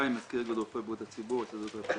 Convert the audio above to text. אני מזכיר איגוד רופאי בריאות הציבור בהסתדרות הרפואית.